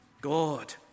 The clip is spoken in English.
God